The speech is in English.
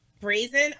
Brazen